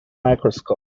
microscope